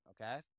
okay